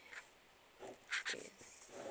okay